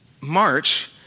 March